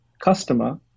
customer